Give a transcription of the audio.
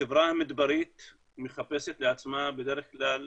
החברה המדברית מחפשת לעצמה בדרך כלל